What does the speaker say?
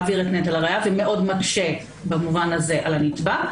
מעביר את נטל הראיה ומאוד מקשה במובן הזה על הנתבע.